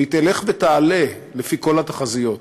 והיא תלך ותעלה, לפי כל התחזיות.